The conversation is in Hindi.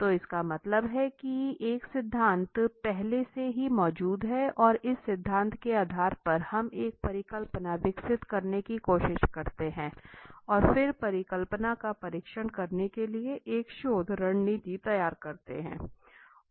तो इसका मतलब है कि एक सिद्धांत पहले से ही मौजूद है और इस सिद्धांत के आधार पर हम एक परिकल्पना विकसित करने की कोशिश करते हैं और फिर परिकल्पना का परीक्षण करने के लिए एक शोध रणनीति तैयार करते हैं